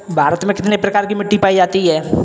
भारत में कितने प्रकार की मिट्टी पायी जाती है?